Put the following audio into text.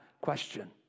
question